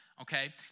okay